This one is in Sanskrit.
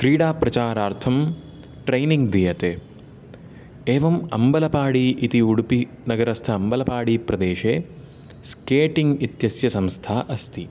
क्रीडाप्रचारार्थं ट्रैनिङ्ग् दीयते एवम् अम्बलपाडि इति उडुपिनगरस्थ अम्बलपाडि प्रदेशे स्केटिंग् इत्यस्य संस्था अस्ति